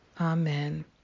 Amen